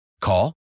Call